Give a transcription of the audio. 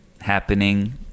happening